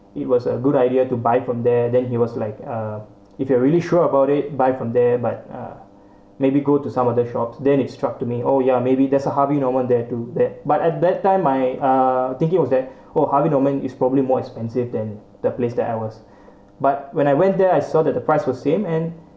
it was a good idea to buy from there then he was like uh if you are really sure about it buy from there but uh maybe go to some other shops then instruct to me oh ya maybe there's a harvey norman there too that but at that time my uh thinking was that oh Harvey Norman is probably more expensive than the place that I was but when I went there I saw that the price were same and